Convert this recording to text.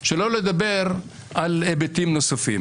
שלא לדבר על היבטים נוספים.